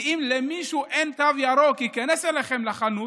כי אם מישהו שאין לו תו ירוק ייכנס אליכם לחנות,